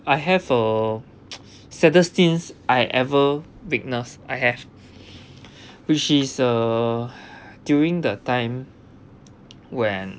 I have a saddest thing I ever witness I have which is uh during the time when